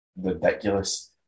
ridiculous